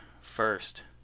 first